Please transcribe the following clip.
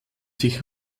sich